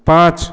পাঁচ